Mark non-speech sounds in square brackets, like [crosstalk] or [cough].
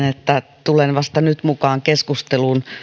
[unintelligible] että tulen vasta nyt mukaan keskusteluun